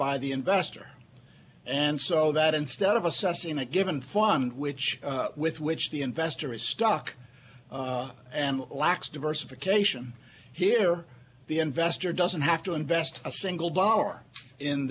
by the investor and so that instead of assessing a given fund which with which the investor is stuck and lacks diversification here the investor doesn't have to invest a single dollar in